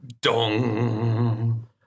Dong